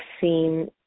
seen